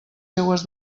seues